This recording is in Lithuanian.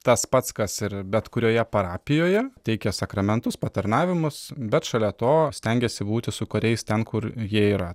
tas pats kas ir bet kurioje parapijoje teikia sakramentus patarnavimus bet šalia to stengiasi būti su kariais ten kur jie yra